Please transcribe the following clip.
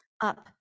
up